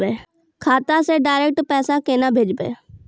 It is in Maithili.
खाता से डायरेक्ट पैसा केना भेजबै?